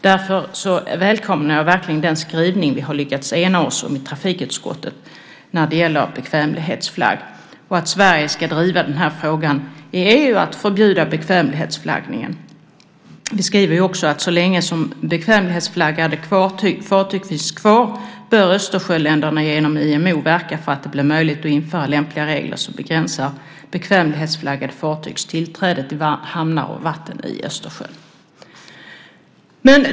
Därför välkomnar jag verkligen den skrivning vi har lyckats ena oss om i trafikutskottet när det gäller bekvämlighetsflagg. Sverige ska driva frågan i EU att förbjuda bekvämlighetsflaggningen. Vi skriver också att så länge som bekvämlighetsflaggade fartyg finns kvar bör Östersjöländerna genom IMO verka för att det blir möjligt att införa lämpliga regler som begränsar bekvämlighetsflaggade fartygs tillträde till hamnar och vatten i Östersjön.